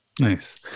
Nice